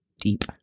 deep